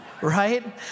right